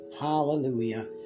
Hallelujah